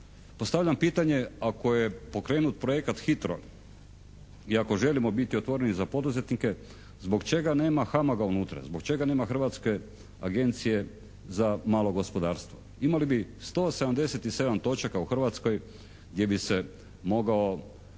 Postavljam pitanje ako je pokrenut projekat Hitro i ako želimo biti otvoreni za poduzetnike zbog čega nema HAMAG-a unutra, zbog čega nema Hrvatske agencije za malo gospodarstvo? Imali bi 177 točaka u Hrvatskoj gdje bi se mogao